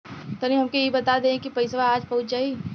तनि हमके इ बता देती की पइसवा आज पहुँच जाई?